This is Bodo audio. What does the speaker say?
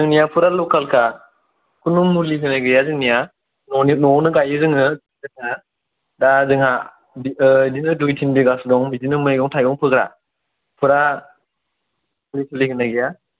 जोंनिआ फुरा ल'केलखा खुनु मुलि होनाय गैया जोंनिआ न'आवनो गायो जोङो दा जोंहा बिदिनो दुइ तिन बिघा सो दं बिदिनो मैगं थाइगं फोग्रा फुरा मुलि सुलि होनाय गैया